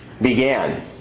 Began